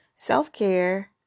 Self-care